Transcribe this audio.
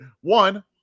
One